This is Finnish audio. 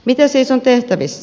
mitä siis on tehtävissä